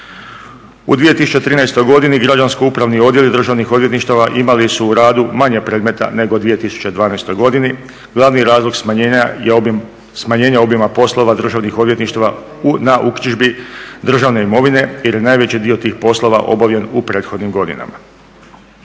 U 2013. godini građansko-upravni odjeli državnih odvjetništava imali su u radu manje predmeta nego u 2012. godini. Glavni razlog smanjenja je smanjenje obima poslova državnih odvjetništava na uknjižbi državne imovine jer je najveći dio tih poslova obavljen u prethodnim godinama.